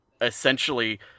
essentially